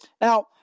Now